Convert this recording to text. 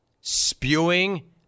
spewing